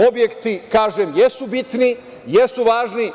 Objekti, kažem, jesu bitni, jesu važni.